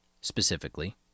Specifically